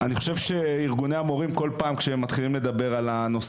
כל פעם כשארגוני המורים מתחילים לדבר על נושא